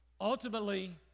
Ultimately